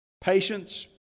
Patience